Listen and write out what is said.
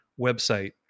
website